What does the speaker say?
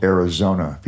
Arizona